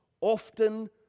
often